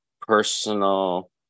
personal